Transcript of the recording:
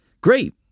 Great